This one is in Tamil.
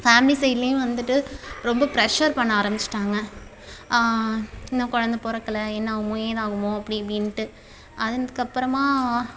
ஃபேமிலி சைட்லையும் வந்துவிட்டு ரொம்ப ப்ரெஷ்ஷர் பண்ண ஆரமிச்சிவிட்டாங்க இன்னும் குழந்த பிறக்கல என்னாவும் ஏதாகுமோ அப்படி இப்படின்ட்டு அதற்கப்பறமா